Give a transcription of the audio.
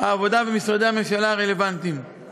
והעבודה ומשרדי הממשלה הרלוונטיים הנוספים.